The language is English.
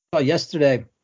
Yesterday